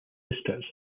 sisters